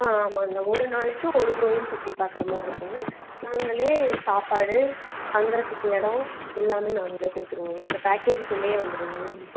ஆ ஆமாங்க ஒரு நாளைக்கு ஒரு கோயில் சுற்றி பார்க்கற மாரிருக்குங்க நாங்களே சாப்பாடு தங்குறதுக்கு எடம் எல்லாமே நாங்களே கொடுத்துருவோங்க இந்த பேக்கேஜுக்குள்ளேயே வந்துடுங்க எல்லாமே